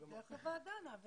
נעביר דרך הוועדה.